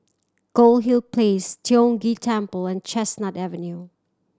Goldhill Place Tiong Ghee Temple and Chestnut Avenue